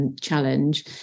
challenge